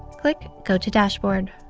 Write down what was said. click go to dashboard.